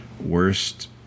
Worst